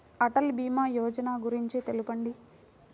అటల్ భీమా యోజన గురించి తెలుపండి?